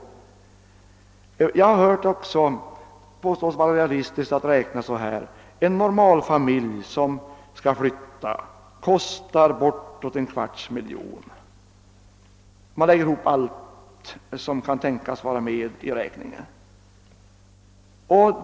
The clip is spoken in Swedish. Jag har hört att det skulle vara realistiskt att räkna med att det kostar bortåt en kvarts miljon att flytta en normalfamilj, om man lägger ihop allt som bör vara med i räkningen.